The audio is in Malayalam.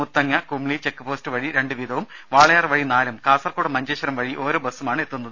മുത്തങ്ങ കുമിളി ചെക്ക് പോസ്റ്റ് വഴി രണ്ടു വീതവും വാളയാർ വഴി നാലും കാസർഗോഡ് മഞ്ചേശ്വരം വഴി ഓരോ ബസ്സുമാണ് എത്തുന്നത്